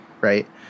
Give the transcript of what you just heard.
right